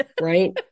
right